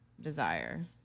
desire